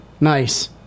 Nice